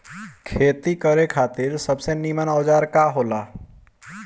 खेती करे खातिर सबसे नीमन औजार का हो ला?